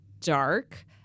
dark